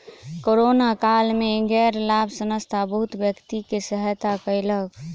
corona काल में गैर लाभ संस्थान बहुत व्यक्ति के सहायता कयलक